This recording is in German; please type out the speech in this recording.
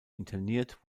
interniert